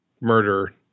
murder